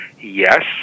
Yes